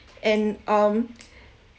and um